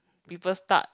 people start